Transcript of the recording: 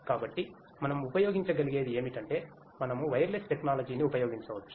కాబట్టి మనం ఉపయోగించగలిగేది ఏమిటంటే మనం వైర్లెస్ టెక్నాలజీని ఉపయోగించవచ్చు